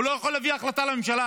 הוא לא יכול להביא החלטה ממשלה,